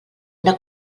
una